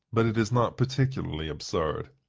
but it is not particularly absurd.